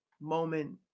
moment